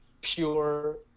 pure